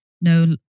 No